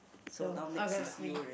so all grab by me